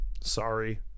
Sorry